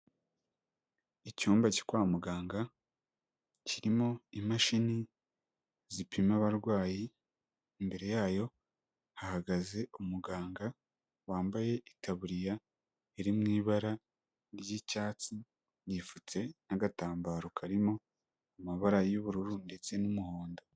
Icyumba cyo kwa muganga, kirimo imashini zipima abarwayi, imbere yayo hahagaze umuganga wambaye itaburiya iri mu ibara ry'icyatsi, yipfutse n'agatambaro karimo amabara y'ubururu ndetse n'umuhondo.